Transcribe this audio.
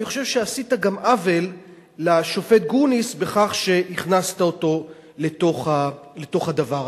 אני חושב שעשית עוול לשופט גרוניס בכך שהכנסת אותו לתוך הדבר הזה.